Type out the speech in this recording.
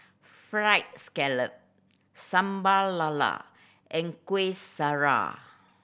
Fried Scallop Sambal Lala and Kuih Syara